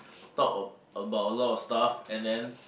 talk about a lot of stuff and then